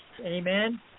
Amen